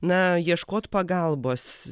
na ieškot pagalbos